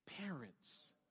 parents